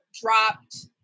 dropped